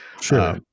Sure